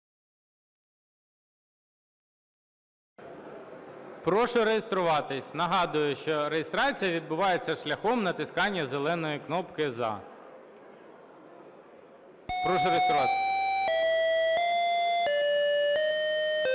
Прошу реєструватися. Нагадую, що реєстрація відбувається шляхом натискання зеленої кнопки "за". Прошу реєструватися. 10:12:42